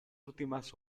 últimas